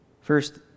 First